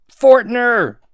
Fortner